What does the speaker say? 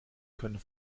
können